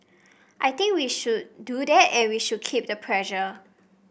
I think we should do that and we should keep the pressure